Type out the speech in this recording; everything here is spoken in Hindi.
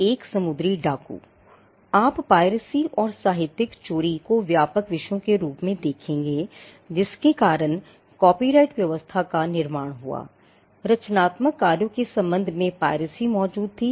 यह लैटिनभी